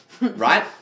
right